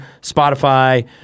Spotify